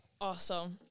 awesome